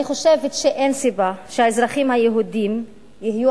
אני חושבת שאין סיבה שהאזרחים היהודים יהיו